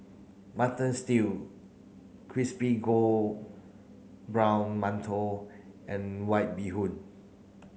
mutton stew crispy brown mantou and white bee hoon